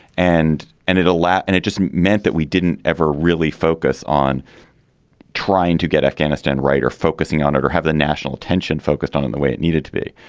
and and it a lot and it just meant that we didn't ever really focus on trying to get afghanistan right or focusing on it or have the national attention focused on it the way it needed to be.